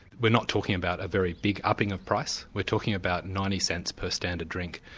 we're not talking about a very big upping of price, we're talking about ninety cents per standard drink.